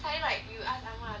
you ask ah ma like that day like